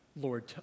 Lord